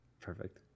perfect